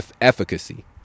efficacy